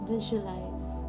visualize